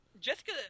jessica